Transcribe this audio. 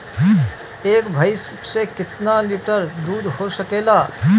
एक भइस से कितना लिटर दूध हो सकेला?